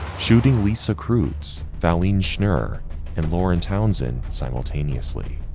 shooting lisa kreutz, valene schnurr and lauren townsend simultaneously.